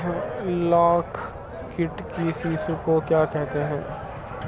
लाख कीट के शिशु को क्या कहते हैं?